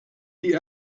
die